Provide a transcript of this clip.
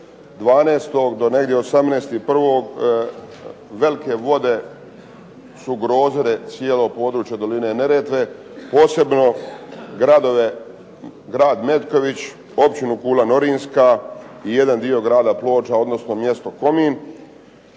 12. do negdje 18. 01. velike vode su ugrozile cijelo područje doline Neretve posebno gradove, grad Metković, općinu Pula Norinska i jedan dio grada Ploča, odnosno mjesto Komin.